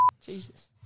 Jesus